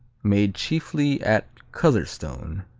made chiefly at cotherstone,